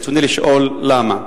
ברצוני לשאול, למה?